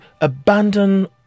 abandon